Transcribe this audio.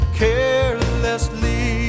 carelessly